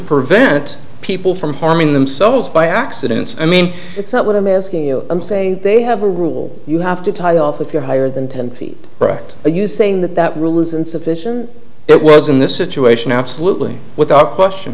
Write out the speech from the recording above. prevent people from harming themselves by accidents i mean it's not what i'm asking you i'm saying they have a rule you have to tie off if you're higher than ten feet correct are you saying that that rule is insufficient it was in this situation absolutely without question